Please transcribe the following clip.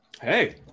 Hey